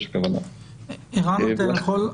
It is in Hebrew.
ובתוכם ראש עיריית הרצליה,